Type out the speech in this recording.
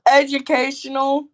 educational